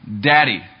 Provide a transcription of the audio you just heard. Daddy